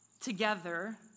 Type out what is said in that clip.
together